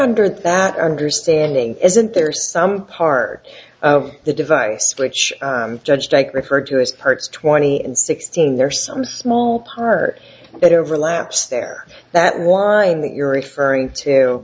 under that understanding isn't there some part of the device which judged referred to as parts twenty and sixteen there are some small part that overlaps there that one that you're referring to